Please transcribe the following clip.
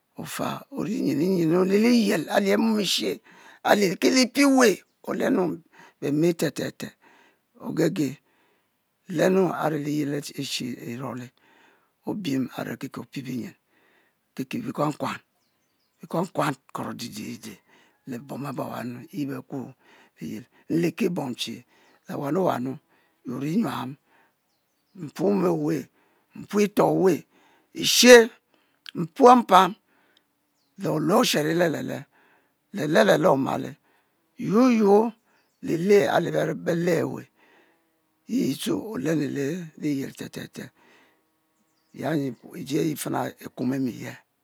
O'fa o'ri nyenu nyenu lie’ liyel a'lie mom eshe, alie ki li pi we ke olenu be’ meh te te te, ogege, lenu liyel a're eshe e'ruole, opie a're ke ke ofie benyen keke bekuankuan, be'kuankuan coro de'de'de, le bom abe ewa nnu, yi bekuo, liyel nleki bom che le wanu wanu yuou nyuam mpuome owe, mpuo etoh we, eshe, mpuo mpam, le olue o'shero le'le'le, le, le, le, le omalay yuo yuo lile ali be'le ewe, yi tue we'olenu liyel te'te'te, ya nyi nji ayi fena ikuom emi ye